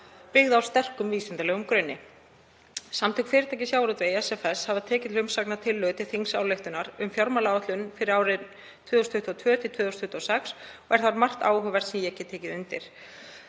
byggt á sterkum vísindalegum grunni. Samtök fyrirtækja í sjávarútvegi, SFS, hafa tekið til umsagnar tillögu til þingsályktunar um fjármálaáætlun fyrir árin 2022–2026 og er þar margt áhugavert sem ég get tekið undir.